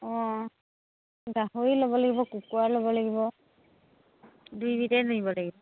অঁ গাহৰি ল'ব লাগিব কুকুৰা ল'ব লাগিব দুইবিধেই নিব লাগিব